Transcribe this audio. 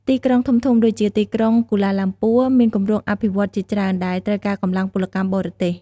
ទីក្រុងធំៗដូចជាទីក្រុងគូឡាឡាំពួរ មានគម្រោងអភិវឌ្ឍន៍ជាច្រើន ដែលត្រូវការកម្លាំងពលកម្មបរទេស ។